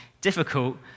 difficult